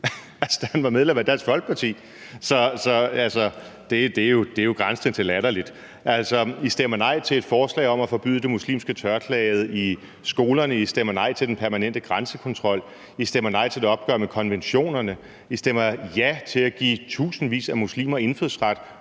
han var medlem af Dansk Folkeparti. Så det er jo grænsende til latterligt. I stemmer nej til et forslag om at forbyde det muslimske tørklæde i skolerne; I stemmer nej til den permanente grænsekontrol; I stemmer nej til et opgør med konventionerne; I stemmer ja til at give tusindvis af muslimer indfødsret,